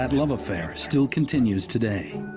um love affair still continues today,